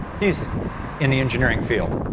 he's in the engineering field.